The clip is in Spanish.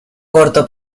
corto